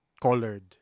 colored